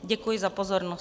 Děkuji za pozornost.